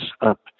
up